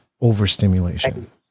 overstimulation